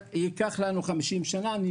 ייקח לנו 50 שנה להתקדם למצב של היהודים.